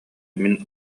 мин